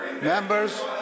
Members